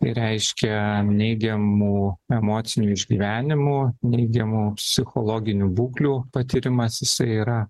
reiškia neigiamų emocinių išgyvenimų neigiamų psichologinių būklių patyrimas jisai yra